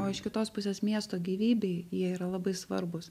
o iš kitos pusės miesto gyvybei jie yra labai svarbūs